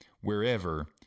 wherever